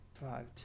five